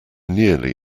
nearly